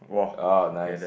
oh nice